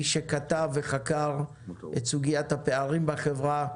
איש שכתב וחקר את סוגית הפערים בחברה,